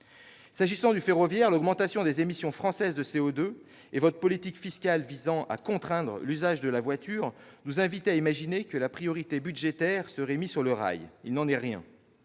Concernant le ferroviaire, l'augmentation des émissions françaises de CO2 et votre politique fiscale visant à contraindre l'usage de la voiture nous invitaient à imaginer que la priorité budgétaire serait mise sur le rail. Il n'en est rien